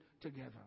together